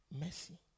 mercy